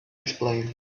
explain